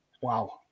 wow